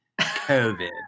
COVID